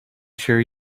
sure